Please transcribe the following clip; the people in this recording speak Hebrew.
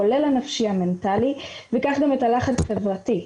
כולל הנפשי המנטלי וכך גם את הלחץ החברתי,